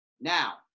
Now